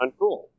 uncool